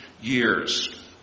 years